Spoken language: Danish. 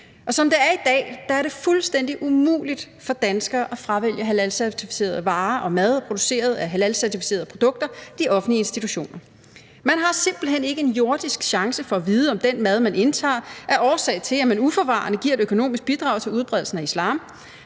Som det er i dag, er det fuldstændig umuligt for danskere at fravælge halalcertificerede varer og mad produceret af halalcertificerede produkter i de offentlige institutioner. Man har simpelt hen ikke en jordisk chance for at vide, om den mad, man indtager, er årsag til, at man uforvarende giver et økonomisk bidrag til udbredelsen af islam.